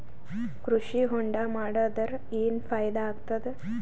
ಕೃಷಿ ಹೊಂಡಾ ಮಾಡದರ ಏನ್ ಫಾಯಿದಾ ಆಗತದ?